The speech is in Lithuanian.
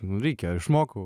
nu reikia išmokau